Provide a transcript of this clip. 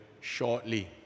shortly